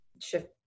shift